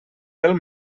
pel